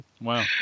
Wow